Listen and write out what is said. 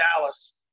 Dallas